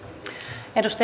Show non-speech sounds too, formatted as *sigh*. arvoisa *unintelligible*